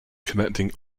collecting